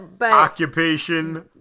Occupation